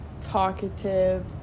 talkative